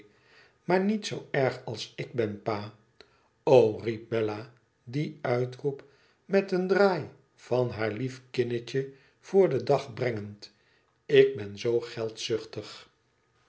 maar niet zoo erg als ik ben pa o o riep bella dien uitroep met een draai van haar lief kinnetje voor den dag brengend ik ben zoo